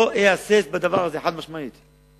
לא אהסס בדבר הזה, חד-משמעית.